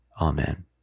Amen